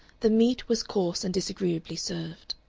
the meat was coarse and disagreeably served.